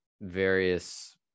various